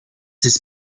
his